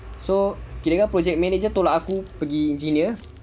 so kirakan project manager tolak aku pergi engineer